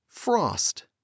Frost